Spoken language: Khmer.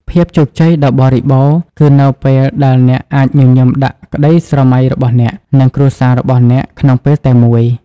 ភាពជោគជ័យដ៏បរិបូរណ៍ គឺនៅពេលដែលអ្នកអាចញញឹមដាក់ក្តីស្រមៃរបស់អ្នក និងគ្រួសាររបស់អ្នកក្នុងពេលតែមួយ។